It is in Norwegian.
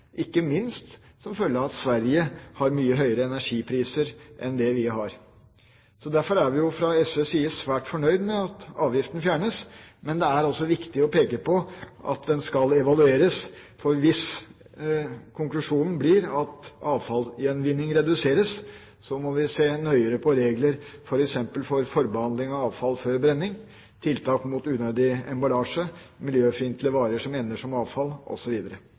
ikke minst som følge av at Sverige har mye høyere energipriser enn vi har. Derfor er vi fra SVs side svært fornøyd med at avgiftene fjernes, men det er også viktig å peke på at de skal evalueres. Hvis konklusjonen blir at avfallsgjenvinning reduseres, må vi se nøyere på regler, f.eks. for forbehandling av avfall før brenning, tiltak mot unødig emballasje, miljøfiendtlige varer som ender som avfall,